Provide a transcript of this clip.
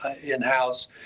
in-house